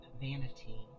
vanity